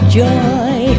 joy